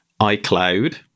iCloud